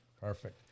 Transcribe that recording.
Perfect